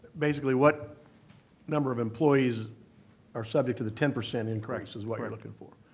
basically, what number of employees are subject to the ten percent increase is what you're looking for?